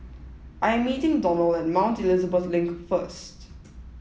I am meeting Donal at Mount Elizabeth Link first